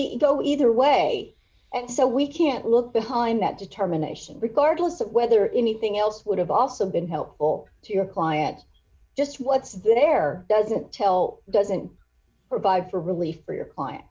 a go either way and so we can't look behind that determination regarding as to whether anything else would have also been helpful to your client just what's been there doesn't tell doesn't provide for relief for your client